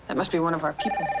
and must be one of our people.